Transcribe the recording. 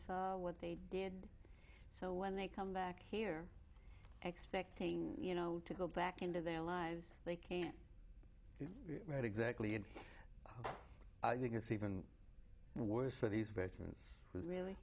saw what they did so when they come back here expecting you know to go back into their lives they came right exactly and i think it's even worse for these veterans really